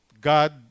God